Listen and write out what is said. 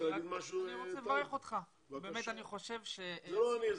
בוודאי שאני מסכים לזה,